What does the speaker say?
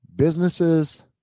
businesses